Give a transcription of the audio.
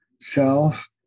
self